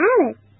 Alice